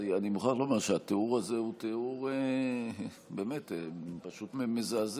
אני מוכרח לומר שהתיאור הזה הוא באמת תיאור פשוט מזעזע,